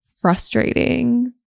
frustrating